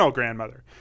grandmother